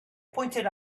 pointed